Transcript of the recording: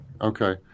Okay